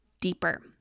deeper